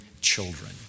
children